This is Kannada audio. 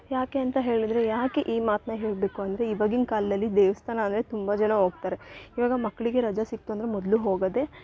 ಯಾಕೆ ಅಂತ ಹೇಳಿದ್ರೆ ಯಾಕೆ ಈ ಮಾತನ್ನ ಹೇಳಬೇಕು ಅಂದರೆ ಇವಾಗಿನ್ ಕಾಲದಲ್ಲಿ ದೇವಸ್ಥಾನ ಅಂದರೆ ತುಂಬ ಜನ ಹೋಗ್ತಾರೆ ಇವಾಗ ಮಕ್ಕಳಿಗೆ ರಜಾ ಸಿಕ್ತು ಅಂದರೆ ಮೊದಲು ಹೋಗೋದೆ